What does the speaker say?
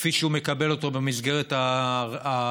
כפי שהוא מקבל במסגרת הנפרדת,